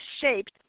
shaped